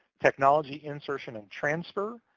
technology insertion and transfer,